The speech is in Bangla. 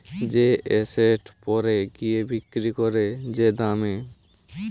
যে এসেট পরে গিয়ে বিক্রি করে যে দামে